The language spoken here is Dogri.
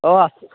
ओह् अस